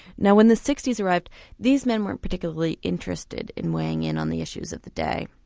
now when the sixty s arrived these men weren't particularly interested in weighing in on the issues of the day,